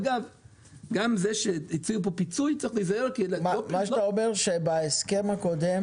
גם זה שהציעו פיצוי צריך להיזהר --- אתה אומר שבהסכם הקודם